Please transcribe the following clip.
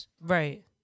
Right